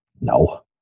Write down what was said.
No